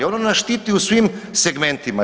Ono nas štiti u svim segmentima.